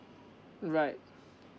right